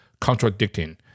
contradicting